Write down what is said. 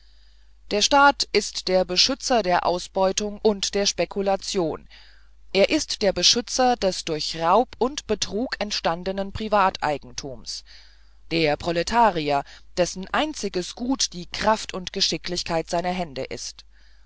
der staat ist der beschützer der ausbeutung und der spekulation er ist der beschützter des durch raub und betrug entstandenen privateigentums der proletarier dessen einziges gut die kraft und geschicklichkeit seiner hände ist